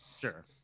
Sure